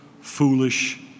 foolish